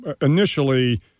initially